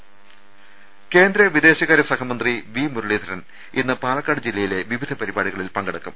രുട്ട്ട്ട്ട്ട്ട്ട്ട കേന്ദ്ര വിദേശകാര്യ സഹമന്ത്രി വി മുരളീധരൻ ഇന്ന് പാലക്കാട് ജില്ല യിലെ വിവിധ പരിപാടികളിൽ പങ്കെടുക്കും